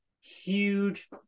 Huge